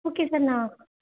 okay sir நான்